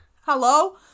Hello